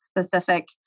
specific